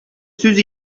сүз